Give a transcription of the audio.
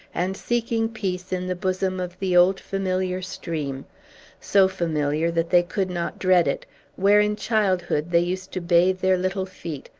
and seeking peace in the bosom of the old familiar stream so familiar that they could not dread it where, in childhood, they used to bathe their little feet,